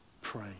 pray